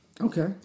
Okay